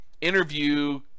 Interview